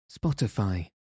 Spotify